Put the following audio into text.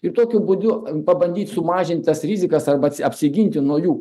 ir tokiu būdu pabandyt sumažint tas rizikas arba apsiginti nuo jų